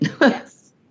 yes